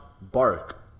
bark